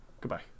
Goodbye